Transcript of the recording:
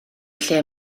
lle